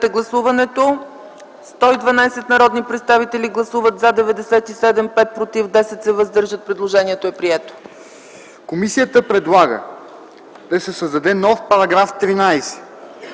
Комисията предлага да се създаде нов § 15: „§ 15.